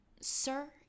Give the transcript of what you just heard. Sir